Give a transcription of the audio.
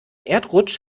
erdrutsch